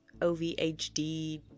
OVHD